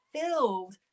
filled